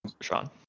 Sean